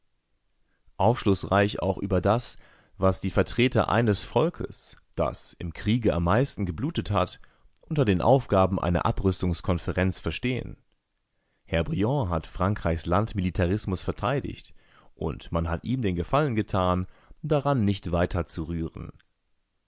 aufschlußreich auch über das was die vertreter eines volkes das im kriege am meisten geblutet hat unter den aufgaben einer abrüstungskonferenz verstehen herr briand hat frankreichs landmilitarismus verteidigt und man hat ihm den gefallen getan daran nicht weiter